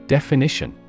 Definition